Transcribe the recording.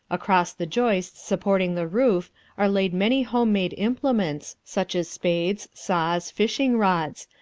across the joists supporting the roof are laid many home-made implements, such as spades, saws, fishing-rods,